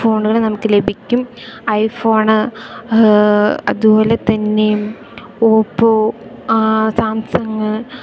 ഫോണുകൾ നമുക്ക് ലഭിക്കും ഐഫോണ് അതുപോലെ തന്നെ ഓപ്പോ സാംസങ്ങ്